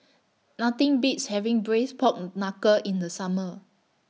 Nothing Beats having Braised Pork Knuckle in The Summer